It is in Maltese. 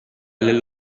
lil